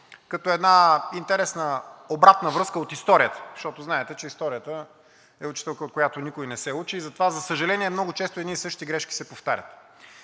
като една интересна обратна връзка от историята, защото знаете, че историята е учителка, от която никой не се учи, и затова, за съжаление, много често едни и същи грешки се повтарят.